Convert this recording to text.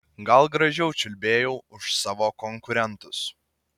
gal gražiau čiulbėjau už savo konkurentus